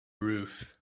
roof